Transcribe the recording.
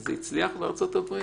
זה הצליח בארצות-הברית?